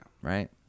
Right